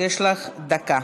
יש לך דקה.